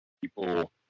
people